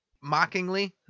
mockingly